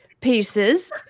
pieces